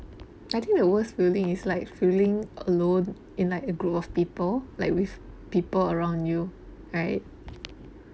I think the worst feeling is like feeling alone in like a group of people like with people around you right